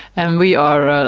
and we are, ah